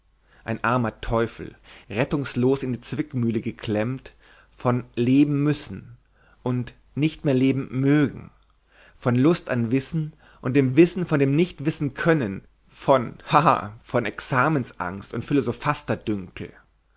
ein armer teufel rettungslos in die zwickmühle geklemmt von leben müssen und nicht mehr leben mögen von lust am wissen und dem wissen von dem nicht wissen können von haha von examensangst und